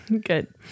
Good